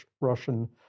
Russian